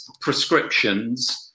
prescriptions